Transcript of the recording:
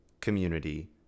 community